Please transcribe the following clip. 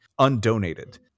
undonated